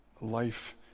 life